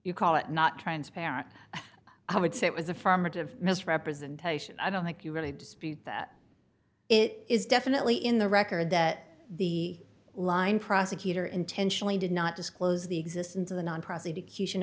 you call it not transparent i would say it was affirmative misrepresentation i don't think you really dispute that it is definitely in the record that the line prosecutor intentionally did not disclose the existence of the non pro